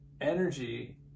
energy